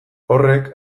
horrek